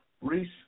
Reese